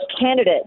candidate